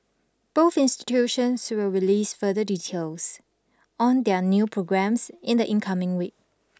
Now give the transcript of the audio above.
both institutions will release further details on their new programmes in the incoming week